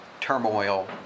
turmoil